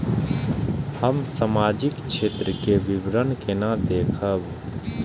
हम सामाजिक क्षेत्र के विवरण केना देखब?